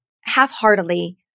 half-heartedly